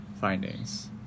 findings